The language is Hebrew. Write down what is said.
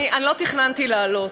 לא תכננתי לעלות,